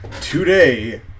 today